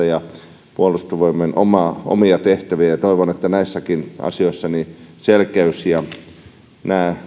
ja puolustusvoimien omia tehtäviä toivon että näissäkin asioissa selkeys ja nämä